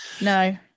No